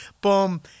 boom